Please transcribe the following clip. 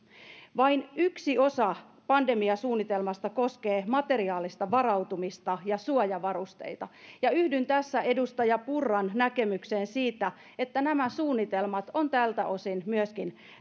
vain yksi osa pandemiasuunnitelmasta koskee materiaalista varautumista ja suojavarusteita yhdyn tässä edustaja purran näkemykseen siitä että nämä suunnitelmat on tältä osin myöskin